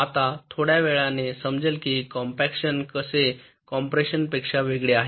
आता थोड्या वेळाने समजेल की कॉम्पॅक्शन कसे कॉम्प्रेशनपेक्षा वेगळे आहे